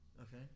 Okay